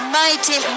mighty